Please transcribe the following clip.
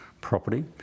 property